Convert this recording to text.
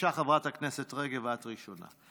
חברת הכנסת רגב, את ראשונה.